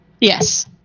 Yes